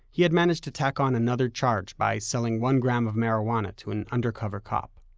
he had managed to tack on another charge by selling one gram of marijuana to an undercover cop.